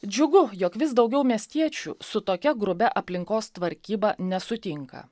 džiugu jog vis daugiau miestiečių su tokia grubia aplinkos tvarkybą nesutinka